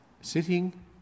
sitting